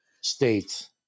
states